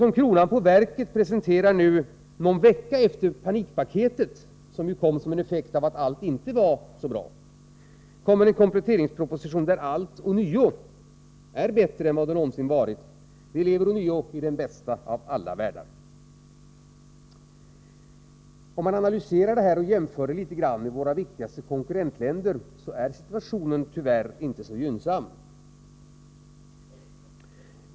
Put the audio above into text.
Som kronan på verket presenterar nu, någon vecka efter panikpaketet som ju kom som en effekt av att allt inte var så bra, regeringen en kompletteringsproposition där allting ånyo är bättre än det någonsin varit. Vi lever ånyo i den bästa av alla världar. Om man analyserar litet och jämför förhållandena med våra viktigaste konkurrentländer, finner man att situationen tyvärr inte är så gynnsam.